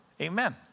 Amen